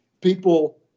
people